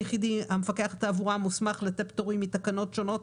המפקח על התעבורה מוסמך לתת פטורים מתקנות שונות,